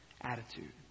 attitude